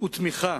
ותמיכה